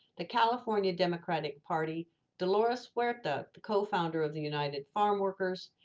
the california democratic party, dolores huerta the the co-founder of the united farm workers,